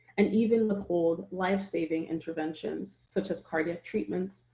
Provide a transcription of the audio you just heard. and even withhold life-saving interventions, such as cardiac treatments,